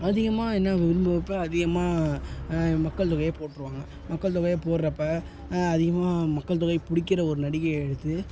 அதிகமாக என்னாகும் விரும்புறப்போ அதிகமாக மக்கள் தொகையை போட்டிருவாங்க மக்கள் தொகையை போடுறப்ப அதிகமாக மக்கள் தொகை பிடிக்கிற ஒரு நடிகையை எடுத்து